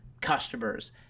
customers